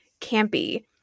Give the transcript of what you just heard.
campy